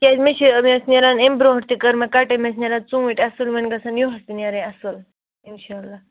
کیٛاز مےٚ چھِ مےٚ ٲسۍ نیران أمۍ برونٛٹھ تہِ کٔم مےٚ کَٹٲے مےٚ ٲسۍ نیٚران ژوٗنٹھۍٕ اَصٕل ؤنۍ گژھَن یُہَس تہِ نیٚرٕنۍ اَصٕل اِنشاءاللہ